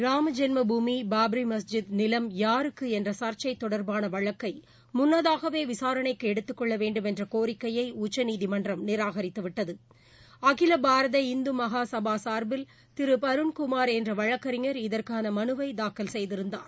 ராம ஜென்ம பூமி பாபரி மஸ்ஜித் நிலம் யாருக்கு என்ற ச்ச்சை தொடர்பான வழக்கை முன்னதாகவே விசாரணைக்கு எடுத்துக்கொள்ள வேண்டும் என்ற கோரிக்கையய உச்சநீதிமன்றம் நிராகித்து விட்டது அகில பாரத இந்துமகா சபா சார்பில் திரு பருண் குமார் என்ற வழக்கறிஞர் இதற்கான மனுவை தாக்கல் செய்திருந்தார்